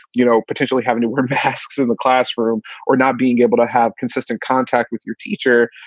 you know, potentially having to wear masks in the classroom or not being able to have consistent contact with your teacher.